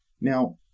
Now